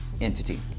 entity